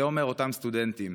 זה אומר אותם סטודנטים.